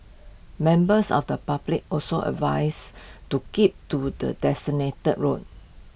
members of the public also advised to keep to the designated route